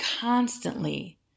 constantly